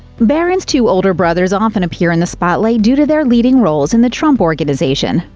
barron's two older brothers often appear in the spotlight due to their leading roles in the trump organization.